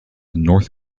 north